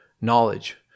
knowledge